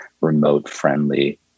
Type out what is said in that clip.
remote-friendly